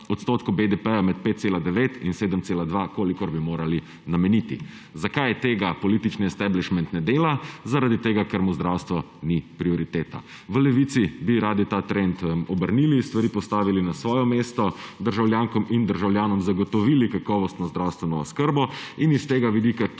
odstotku BDP med 5,9 in 7,2, kolikor bi morali nameniti. Zakaj tega politični esteblišment ne dela? Ker mu zdravstvo ni prioriteta. V Levici bi radi ta trend obrnili, stvari postavili na svoje mesto, državljankam in državljanom zagotovili kakovostno zdravstveno oskrbo in s tega vidika